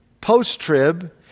post-trib